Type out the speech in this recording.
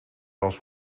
was